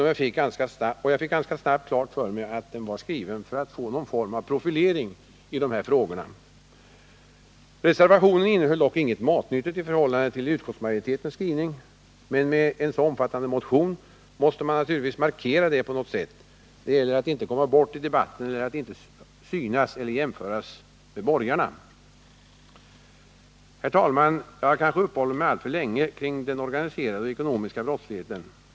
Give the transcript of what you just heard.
Jag fick ganska snabbt klart för mig att den var skriven för att få fram någon form av profilering i dessa frågor. Reservationen innehöll dock inte något matnyttigt i förhållande till utskottsmajoritetens skrivning. Men med en så omfattande motion måste man naturligtvis på något sätt göra en markering. Det gäller att inte komma bort i debatten, eller att inte jämföras med borgarna. Herr talman! Jag har kanske uppehållit mig alltför länge vid den organiserade och ekonomiska brottsligheten.